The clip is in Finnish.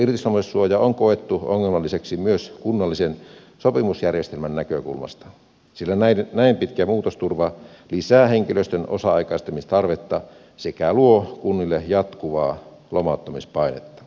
viiden vuoden irtisanomissuoja on koettu ongelmalliseksi myös kunnallisen sopimusjärjestelmän näkökulmasta sillä näin pitkä muutosturva lisää henkilöstön osa aikaistamistarvetta sekä luo kunnille jatkuvaa lomauttamispainetta